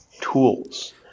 tools